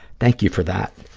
thank you for that.